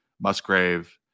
Musgrave